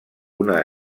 una